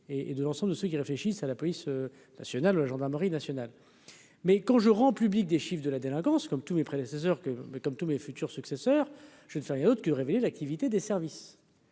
et de l'ensemble de ceux qui réfléchissent à la police nationale, la gendarmerie nationale. Mais quand je rends public des chiffres de la délinquance comme tous mes prédécesseurs que ben comme tous mes futurs successeurs je ne fais rien d'autre que révéler l'activité des services